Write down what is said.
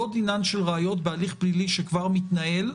לא דינן של ראיות בהליך פלילי שכבר מתנהל,